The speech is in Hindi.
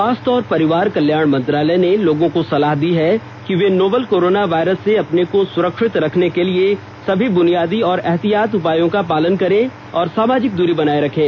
स्वास्थ्य और परिवार कल्याण मंत्रालय ने लोगो को सलाह दी है कि वे नोवल कोरोना वायरस से अपने को सुरक्षित रखने के लिए सभी बुनियादी एहतियाती उपायों का पालन करें और सामाजिक दूरी बनाए रखें